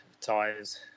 tires